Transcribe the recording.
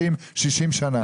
60 שנה.